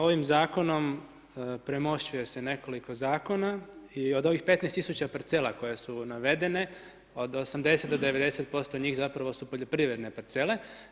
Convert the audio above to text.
Ovim zakonom premošćuje se nekoliko zakona i od ovih 15 tisuća parcela koje su navedene, od 80 do 90% njih zapravo su poljoprivredne parcele.